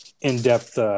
In-depth